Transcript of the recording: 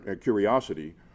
curiosity